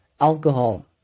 alcohol